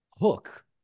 hook